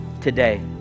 today